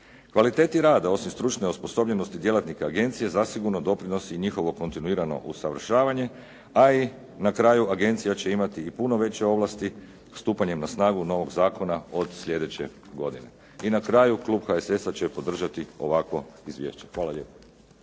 Kvaliteti rada osim stručne osposobljenosti djelatnika agencije zasigurno doprinosi i njihovo kontinuirano usavršavanje a i na kraju agencija će imati i puno veće ovlasti stupanjem na snagu novog zakona od sljedeće godine. I na kraju, klub HSS-a će podržati ovakvo izvješće. Hvala lijepo.